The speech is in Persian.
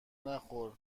نخور